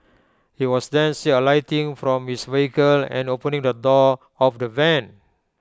he was then see alighting from his vehicle and opening the door of the van